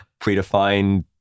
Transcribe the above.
predefined